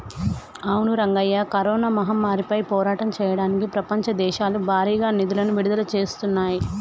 అవును రంగయ్య కరోనా మహమ్మారిపై పోరాటం చేయడానికి ప్రపంచ దేశాలు భారీగా నిధులను విడుదల చేస్తున్నాయి